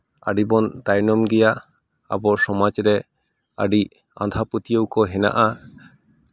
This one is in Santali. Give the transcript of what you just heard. ᱟᱹᱰᱤᱵᱚᱱ ᱛᱟᱭᱱᱚᱢ ᱜᱮᱭᱟ ᱟᱵᱚ ᱥᱚᱢᱟᱡᱽ ᱨᱮ ᱟᱹᱰᱤ ᱟᱸᱫᱷᱟ ᱯᱟᱹᱛᱭᱟᱹᱣ ᱠᱚ ᱦᱮᱱᱟᱜᱼᱟ